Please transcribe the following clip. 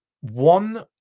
one